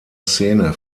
szene